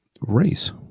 race